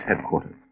headquarters